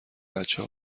بچه